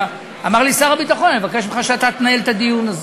אמר לי שר הביטחון: אני מבקש ממך שאתה תנהל את הדיון הזה,